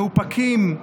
מאופקים,